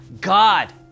God